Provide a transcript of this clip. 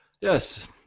Yes